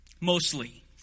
mostly